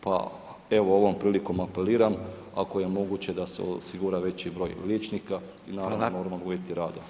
Pa evo, ovom prilikom apeliram ako je moguće da se osigura veći broj liječnika i naravno, normalni uvjeti rada.